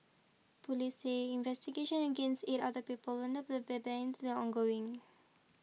police say investigations against eight other people involved in the still ongoing